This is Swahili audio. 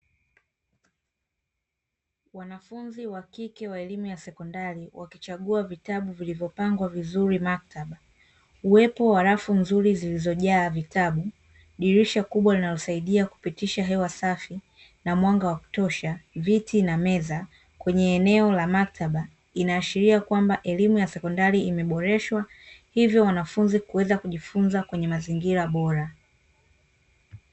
Wanafunzi wa kike wa elimu ya sekondari wakichagua vitabu vilivyopangwa vizuri maktaba, uwepo wa rafu nzuri zilizojaa vitabu, dirisha kubwa linalosaidia kupitisha hewa safi na mwanga wa kutosha, viti na meza kwenye eneo la maktaba inaashiria kwamba elimu ya sekondari imeboreshwa hivyo wanafunzi kuweza kujifunza kwenye mazingira bora.